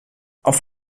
auf